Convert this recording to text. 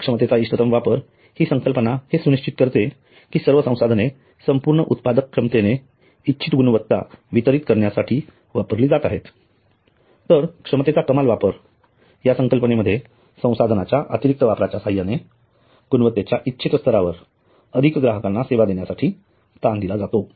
क्षमतेचा इष्टतम वापर हि संकल्पना हे सुनिश्चित करते कि सर्व संसाधने संपूर्ण उत्पादक क्षमतेने इच्छित गुणवत्ता वितरीत करण्यासाठी वापरली जात आहेत तर क्षमतेचा कमाल वापर या संकल्पनेमध्ये संसाधनाच्या अतिरिक्त वापराच्या सहाय्याने गुणवत्तेच्या इच्छित स्तरावर अधिक ग्राहकांना सेवा देण्यासाठी ताण दिला जातो